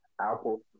Apple